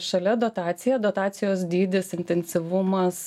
šalia dotacija dotacijos dydis intensyvumas